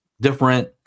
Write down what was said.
different